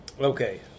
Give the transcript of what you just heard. Okay